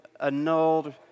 annulled